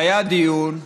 והיה דיון,